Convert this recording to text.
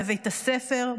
בבית הספר,